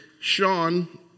Sean